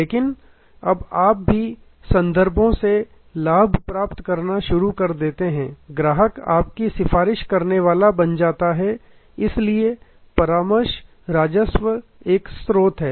लेकिन अब आप भी संदर्भों से लाभ प्राप्त करना शुरू कर देते हैं ग्राहक आपकी सिफारिश करने वाला बन जाता है इसलिए परामर्श राजस्व स्रोत हैं